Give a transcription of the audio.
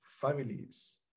families